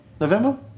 November